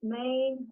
main